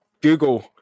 Google